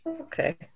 Okay